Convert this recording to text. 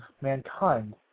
mankind